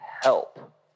help